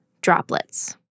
droplets